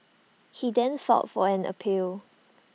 he then filed fall an appeal